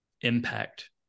impact